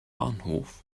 bahnhof